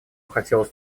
хотелось